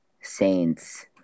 Saints